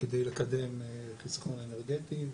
כדי לקדם חיסכון אנרגטי.